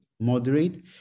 Moderate